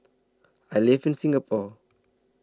I live in Singapore